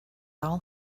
all